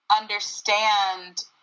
understand